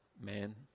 man